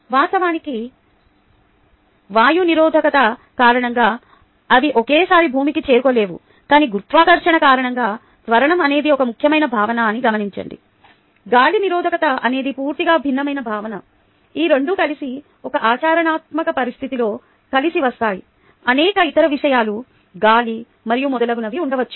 వాస్తవానికి వాయు నిరోధకత కారణంగా అవి ఒకేసారి భూమికి చేరుకోలేవు కాని గురుత్వాకర్షణ కారణంగా త్వరణం అనేది ఒక ముఖ్యమైన భావన అని గమనించండి గాలి నిరోధకత అనేది పూర్తిగా భిన్నమైన భావన ఈ రెండూ కలిసి ఒక ఆచరణాత్మక పరిస్థితిలో కలిసి వస్తాయి అనేక ఇతర విషయాలు గాలి మరియు మొదలగునవి ఉండవచ్చు